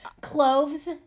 cloves